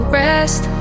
rest